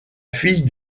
fille